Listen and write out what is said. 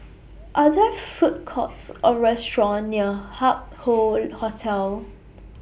Are There Food Courts Or Restaurant near Hup Hoe Hotel